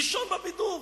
"הראשון בבידור"